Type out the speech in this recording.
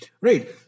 Right